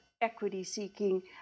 equity-seeking